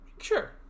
Sure